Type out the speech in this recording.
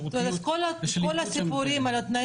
בכל מיני